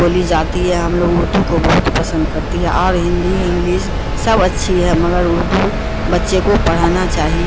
بولی جاتی ہے ہم لوگ اردو کو بہت پسند کرتی ہے اور ہندی انگلس سب اچھی ہے مگر اردو بچے کو پڑھانا چاہیے